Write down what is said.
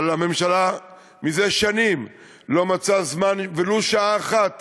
הממשלה זה שנים לא מצאה זמן ולו שעה אחת